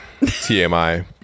TMI